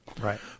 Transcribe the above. Right